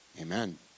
Amen